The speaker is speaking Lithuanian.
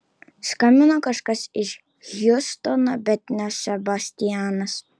skambino kažkas iš hjustono bet ne sebastianas